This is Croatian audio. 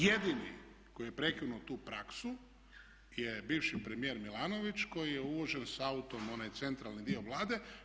Jedini koji je prekinuo tu praksu je bivši premijer Milanović koji je … s autom u onaj centralni dio Vlade.